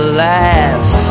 last